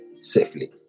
safely